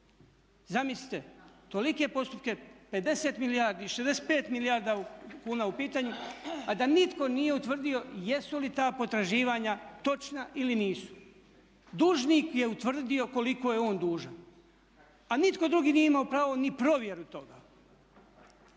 Zamislite tolike postupke 50 milijardi, 65 milijardi kuna u pitanju a da nitko nije utvrdio jesu li ta potraživanja točna ili nisu. Dužnik je utvrdio koliko je on dužan, a nitko drugi nije imao pravo ni provjeru toga.